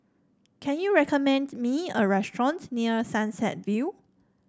can you recommend me a restaurant near Sunset View